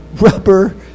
rubber